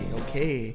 okay